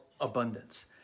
abundance